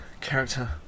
character